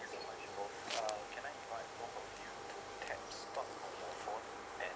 okay